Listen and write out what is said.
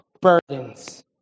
burdens